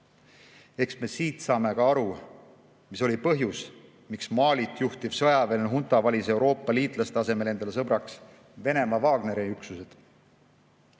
Eks me siit saame ka aru, mis oli põhjus, miks Malit juhtiv sõjaväeline hunta valis Euroopa liitlaste asemel endale sõbraks Venemaa Wagneri üksused.